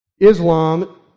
Islam